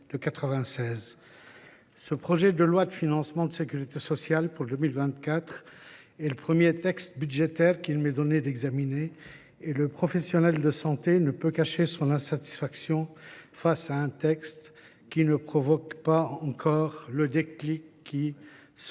Ce projet de loi de financement de la sécurité sociale pour 2024 est le premier texte budgétaire qu’il m’est donné d’examiner. Le professionnel de santé que je suis ne peut cacher son insatisfaction face à un texte qui ne provoque pas le déclic qui permettrait